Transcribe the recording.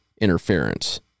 interference